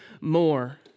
more